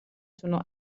تون